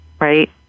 Right